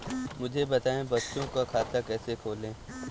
मुझे बताएँ बच्चों का खाता कैसे खोलें?